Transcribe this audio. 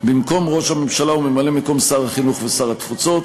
במקום ראש הממשלה וממלא-מקום שר החינוך ושר התפוצות,